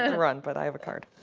and run, but i have a card.